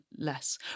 less